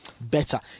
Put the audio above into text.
better